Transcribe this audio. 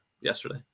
yesterday